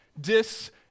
dis